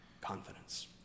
confidence